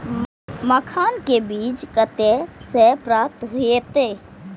मखान के बीज कते से प्राप्त हैते?